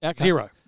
Zero